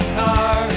car